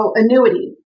annuity